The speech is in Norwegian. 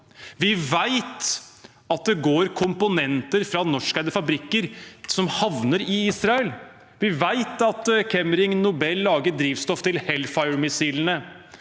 Vi vet at det går komponenter fra norskeide fabrikker som havner i Israel. Vi vet at Chemring Nobel lager drivstoff til Hellfire-missilene,